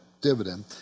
dividend